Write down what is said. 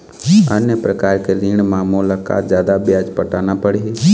अन्य प्रकार के ऋण म मोला का जादा ब्याज पटाना पड़ही?